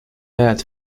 bad